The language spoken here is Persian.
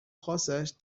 خاصش